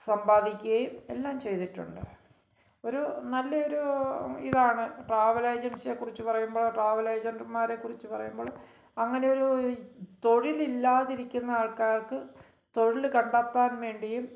സമ്പാദിക്കുകയും എല്ലാം ചെയ്തിട്ടുണ്ട് ഒരു നല്ലൊരു ഇതാണ് ട്രാവൽ ഏജൻസിയെ കുറിച്ച് പറയുമ്പോൾ ട്രാവല് എജന്റുമാരെ കുറിച്ച് പറയുമ്പോള് അങ്ങനെ ഒരു തൊഴിലില്ലാതിരിക്കുന്ന ആള്ക്കാര്ക്ക് തൊഴിൽ കണ്ടെത്താന് വേണ്ടിയും